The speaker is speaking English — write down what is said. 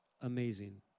amazing